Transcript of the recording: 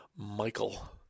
Michael